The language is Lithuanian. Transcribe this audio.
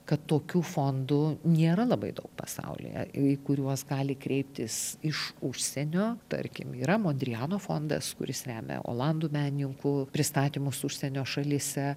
kad tokių fondų nėra labai daug pasaulyje į kuriuos gali kreiptis iš užsienio tarkim yra modriano fondas kuris remia olandų menininkų pristatymus užsienio šalyse